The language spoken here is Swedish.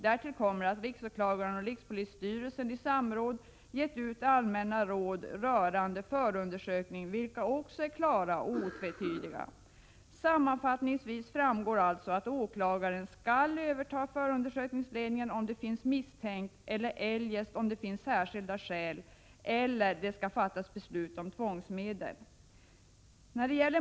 Därtill kommer att riksåklagare och rikspolisstyrelse i samråd gett ut allmänna råd beträffande förundersökning vilka också är klara och otvetydiga. Sammanfattningsvis framgår alltså att åklagaren skall överta förundersökningsledningen om det finns misstänkt eller eljest om det finns särskilda skäl eller om det skall fattas beslut om tvångsmedel.